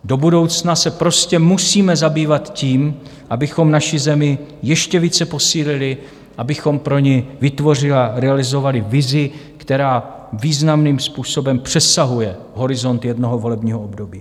Do budoucna se prostě musíme zabývat tím, abychom naši zemi ještě více posílili, abychom pro ni vytvořili a realizovali vizi, která významným způsobem přesahuje horizont jednoho volebního období.